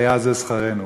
והיה זה שכרנו.